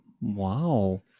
Wow